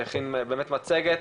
שהכין מצגת,